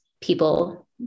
people